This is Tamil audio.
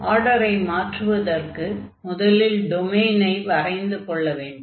ஆர்டரை மாற்றுவதற்கு முதலில் டொமைனை வரைந்து கொள்ள வேண்டும்